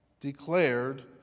declared